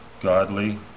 godly